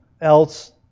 else